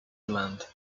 demand